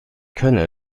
könne